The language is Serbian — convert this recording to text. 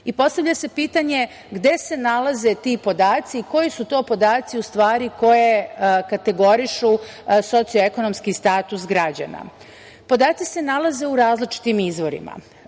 Postavlja se pitanje gde se nalaze ti podaci, koji su to u stvari podaci koji kategorišu socioekonomski status građana? Podaci se nalaze u različitim izvorima.